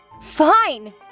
Fine